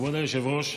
כבוד היושב-ראש,